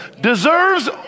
deserves